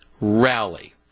rally